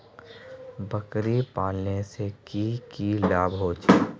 बकरी पालने से की की लाभ होचे?